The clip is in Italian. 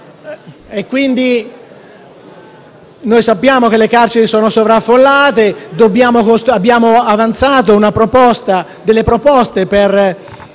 carcerario. Sappiamo che le carceri sono sovraffollate, abbiamo avanzato delle proposte per